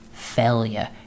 failure